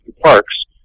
parks